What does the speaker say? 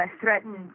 threatened